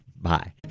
Bye